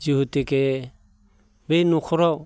जिहेतुके बै न'खराव